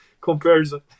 comparison